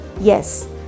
Yes